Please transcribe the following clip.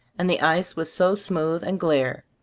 and the ice was so smooth and glare.